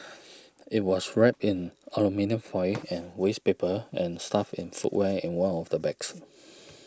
it was wrapped in aluminium foil and waste paper and stuffed in footwear in one of the bags